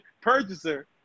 purchaser